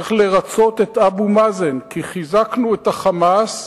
צריך לרצות את אבו מאזן, כי חיזקנו את ה"חמאס"